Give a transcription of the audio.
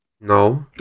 No